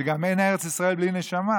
וגם אין ארץ ישראל בלי נשמה,